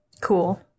Cool